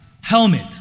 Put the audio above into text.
Helmet